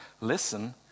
listen